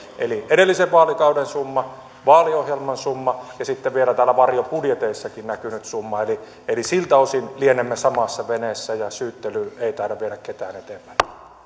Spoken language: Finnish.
eli edellisen vaalikauden summa vaaliohjelman summa ja sitten vielä täällä varjobudjeteissakin näkynyt summa eli eli siltä osin lienemme samassa veneessä ja syyttely ei taida viedä ketään eteenpäin